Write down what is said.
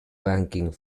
banking